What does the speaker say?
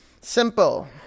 simple